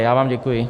Já vám děkuji.